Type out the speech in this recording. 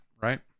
right